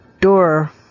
door